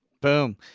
boom